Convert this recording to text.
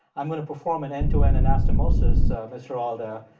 i'm going to perform an end-to-end anastomosis, mr. alda,